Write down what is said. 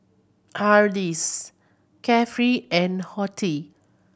Hardy's Carefree and Horti